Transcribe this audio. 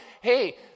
hey